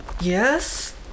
Yes